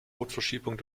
rotverschiebung